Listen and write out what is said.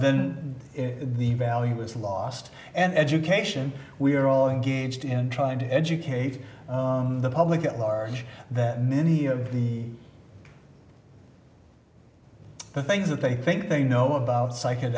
then the value is lost and education we're all engaged in trying to educate the public at large that many of the the things that they think they know about psych